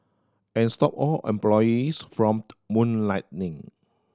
and stop all employees from moonlighting